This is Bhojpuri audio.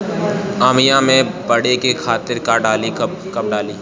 आमिया मैं बढ़े के खातिर का डाली कब कब डाली?